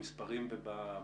במספרים ובתפיסה,